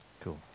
Cool